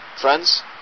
Friends